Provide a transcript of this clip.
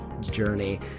journey